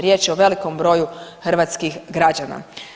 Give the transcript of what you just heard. Riječ je o velikom broju hrvatskih građana.